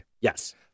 Yes